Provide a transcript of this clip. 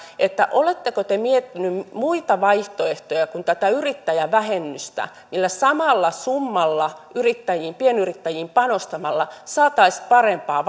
oletteko te miettinyt muita vaihtoehtoja kuin tätä yrittäjävähennystä millä samalla summalla pienyrittäjiin panostamalla saataisiin parempaa